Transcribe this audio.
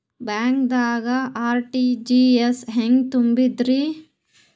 ಬ್ಯಾಂಕ್ದಾಗ ಆರ್.ಟಿ.ಜಿ.ಎಸ್ ಹೆಂಗ್ ತುಂಬಧ್ರಿ?